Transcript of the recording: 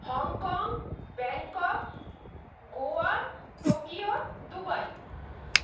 Hong Kong Bangkok Goa Tokyo Dubai